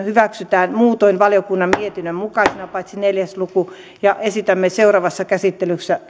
hyväksytään muutoin valiokunnan mietinnön mukaisena paitsi neljä luku ja esitämme seuraavassa käsittelyssä